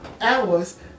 hours